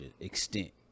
extent